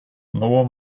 nor